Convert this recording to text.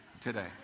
today